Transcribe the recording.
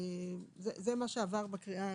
זה מה שעבר בקריאה הראשונה.